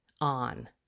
on